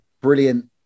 brilliant